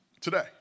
today